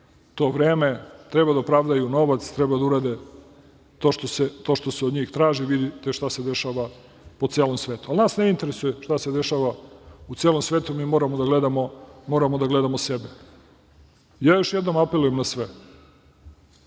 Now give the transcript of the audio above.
to vreme. Treba da opravdaju novac, treba urade to što se od njih traži. Vidite šta se dešava po celom svetu. Ali, nas ne interesuje šta se dešava u celom svetu. Mi moramo da gledamo sebe. Još jednom apelujem na sve,